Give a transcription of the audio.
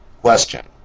Question